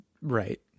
right